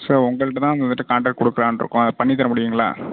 so உங்கள்கிட்ட தான் வந்துவிட்டு காண்ட்ரெக்ட் கொடுக்கலாம்னு இருக்கோம் அதை பண்ணி தர முடியுங்களா